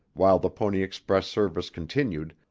while the pony express service continued,